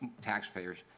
taxpayers